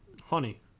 Honey